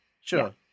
sure